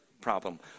problem